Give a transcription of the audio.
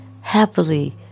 happily